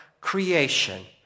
creation